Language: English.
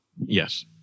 Yes